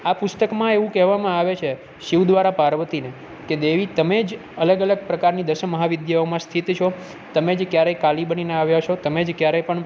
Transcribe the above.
આ પુસ્તકમાં એવું કહેવામાં આવે છે શિવ દ્વારા પાર્વતીને કે દેવી તમે જ અલગ અલગ પ્રકારની દસ મહા વિદ્યાઓમાં સ્થિત છો તમે જ ક્યારેક કાલી બનીને આવ્યા છો તમે જ ક્યારે પણ